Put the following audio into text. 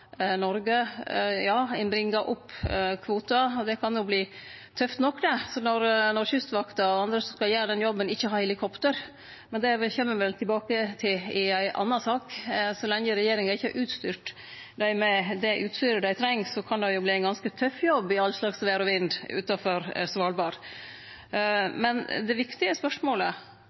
kan verte tøft nok når Kystvakta og andre som skal gjere jobben, ikkje har helikopter. Men det kjem me vel tilbake til i ei anna sak. Så lenge regjeringa ikkje har utstyrt dei med det dei treng, kan det verte ein ganske tøff jobb i all slags vêr og vind utanfor Svalbard. Men dei viktigaste spørsmålet akkurat i denne samanhengen er: